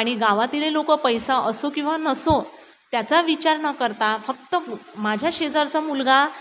आणि गावातीलही लोक पैसा असो किंवा नसो त्याचा विचार न करता फक्त माझ्या शेजारचा मुलगा